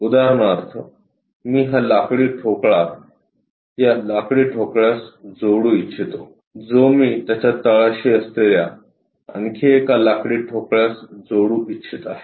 उदाहरणार्थ मी हा लाकडी ठोकळा या लाकडी ठोकळ्यास जोडू इच्छितो जो मी त्याच्या तळाशी असलेल्या आणखी एक लाकडी ठोकळ्यास जोडू इच्छित आहे